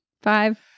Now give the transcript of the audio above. Five